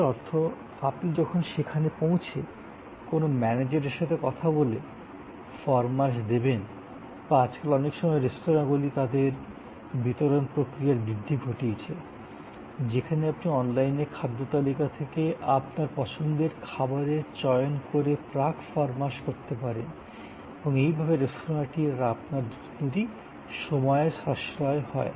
এর অর্থ আপনি যখন সেখানে পৌঁছে কোনও ম্যানেজারের সাথে কথা বলে ফরমাশ দেবেন বা আজকাল অনেক সময় রেস্তোঁরাগুলি তাদের বিতরণ প্রক্রিয়ার বৃদ্ধি ঘটিয়েছে যেখানে আপনি অনলাইনে খাদ্য তালিকা থেকে আপনার পছন্দের খাবারের চয়ন করে আগে থেকে অর্ডার করতে পারেন এবং এই ভাবে রেস্তোঁরাটির আর আপনার দুজনারই সময়ের সাশ্রয় হয়